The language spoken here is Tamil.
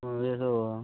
அப்புறம் ஏதோ